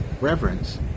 Reverence